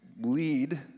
lead